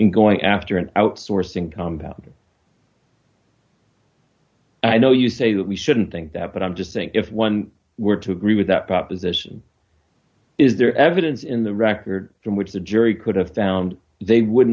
in going after an outsourcing come down and i know you say that we shouldn't think that but i'm just saying if one were to agree with that proposition is there evidence in the record in which the jury could have found they would